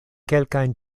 kelkajn